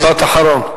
משפט אחרון.